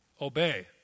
Obey